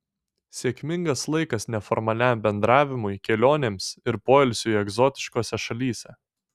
sėkmingas laikas neformaliam bendravimui kelionėms ir poilsiui egzotiškose šalyse